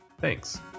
Thanks